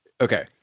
okay